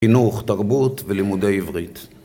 חינוך תרבות ולימודי עברית